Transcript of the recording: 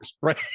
right